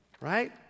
Right